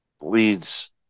leads